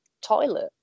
toilet